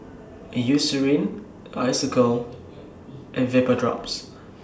Eucerin Isocal and Vapodrops